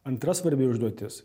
antra svarbi užduotis